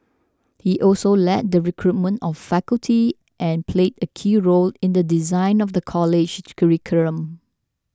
he also led the recruitment of faculty and played a key role in the design of the college's curriculum